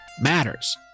matters